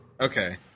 Okay